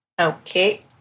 Okay